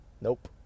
Nope